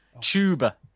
Tuba